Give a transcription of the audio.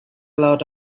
lot